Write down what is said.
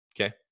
okay